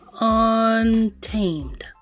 untamed